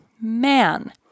Man